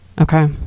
Okay